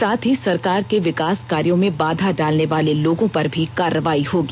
साथ ही सरकार के विकास कायोँ में बाधा डालनेवाले लोगों पर भी कार्रवाई होगी